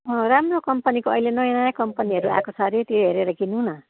अँ राम्रो कम्पनीको अहिले नयाँ नयाँ कम्पनीहरू आएको छ रे त्यो हेरेर किनौँ न